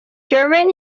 during